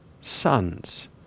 sons